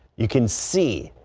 you can see.